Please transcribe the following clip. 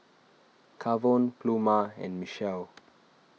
Kavon Pluma and Michele